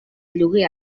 lloguer